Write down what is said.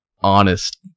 honest